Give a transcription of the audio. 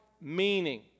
meaning